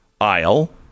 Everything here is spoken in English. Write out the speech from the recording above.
aisle